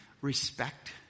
Respect